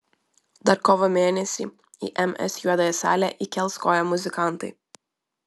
dar kovo mėnesį į ms juodąją salę įkels koją muzikantai